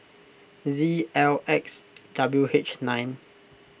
Z L X W H nine